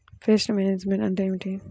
Pest management అంటే ఏమిటి?